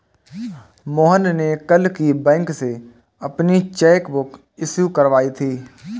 मोहन ने कल ही बैंक से अपनी चैक बुक इश्यू करवाई थी